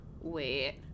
wait